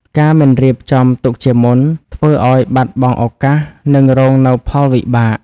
ការមិនរៀបចំទុកជាមុន ធ្វើឲ្យបាត់បង់ឱកាស និងរងនូវផលវិបាក។